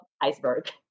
iceberg